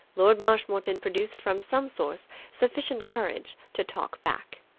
lord marshmoreton produced from some source sufficient courage to talk back.